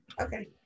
okay